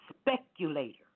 speculator